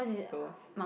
the worst